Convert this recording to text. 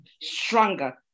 stronger